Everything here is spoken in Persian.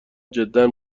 جدا